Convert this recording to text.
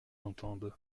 entende